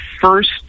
first